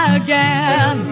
again